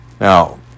Now